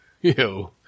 Ew